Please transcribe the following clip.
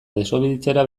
desobeditzera